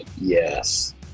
yes